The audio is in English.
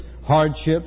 hardships